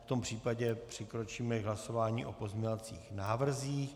V tom případě přikročíme k hlasování o pozměňovacích návrzích.